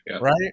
Right